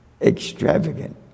Extravagant